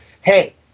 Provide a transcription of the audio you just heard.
hey